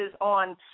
on